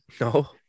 No